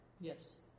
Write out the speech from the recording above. Yes